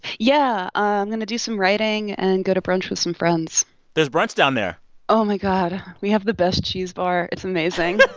yeah, i'm going to do some writing and go to brunch with some friends there's brunch down there oh, my god. we have the best cheese bar. it's but